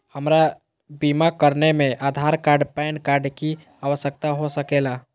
हमरा बीमा कराने में आधार कार्ड पैन कार्ड की आवश्यकता हो सके ला?